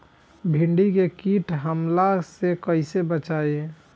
भींडी के कीट के हमला से कइसे बचाई?